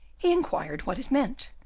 he inquired what it meant,